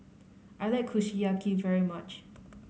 I like Kushiyaki very much